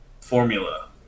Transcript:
formula